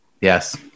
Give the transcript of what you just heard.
Yes